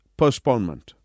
postponement